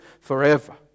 forever